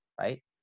right